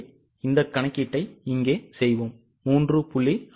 எனவே இந்த கணக்கீட்டை இங்கே செய்வோம் 3